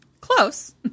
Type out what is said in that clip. Close